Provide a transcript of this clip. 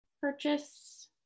Purchase